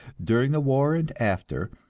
during the war and after